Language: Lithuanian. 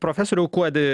profesoriau kuodi